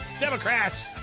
Democrats